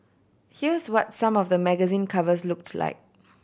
here's what some of the magazine covers looked like